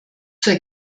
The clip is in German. zur